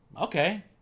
okay